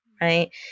right